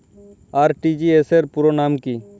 RTGS র পুরো নাম কি?